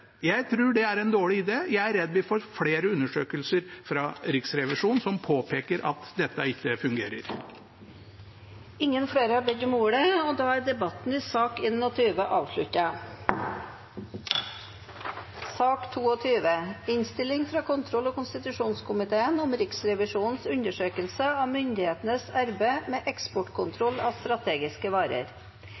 Jeg tror det er en dårlig idé. Jeg er redd vi får flere undersøkelser fra Riksrevisjonen som påpeker at dette ikke fungerer. Flere har ikke bedt om ordet til sak nr. 21. Etter ønske fra kontroll- og konstitusjonskomiteen vil presidenten ordne debatten slik: 5 minutter til hver partigruppe og 5 minutter til medlemmer av